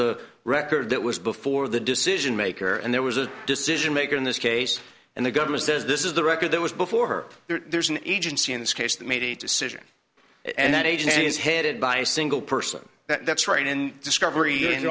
the record that was before the decision maker and there was a decision maker in this case and the government says this is the record that was before her there's an agency in this case that made a decision and that agency is headed by a single person that's right in discovery and